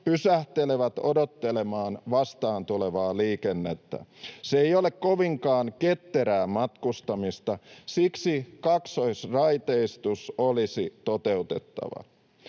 pysähtelevät odottelemaan vastaantulevaa liikennettä. Se ei ole kovinkaan ketterää matkustamista. Siksi kaksoisraiteistus olisi toteutettava.